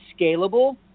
scalable